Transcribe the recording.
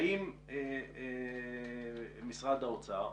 האם משרד האוצר